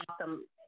awesome